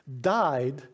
died